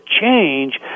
change